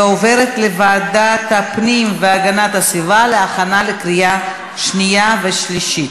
ועוברת לוועדת הפנים והגנת הסביבה להכנה לקריאה שנייה ושלישית.